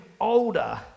older